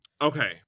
okay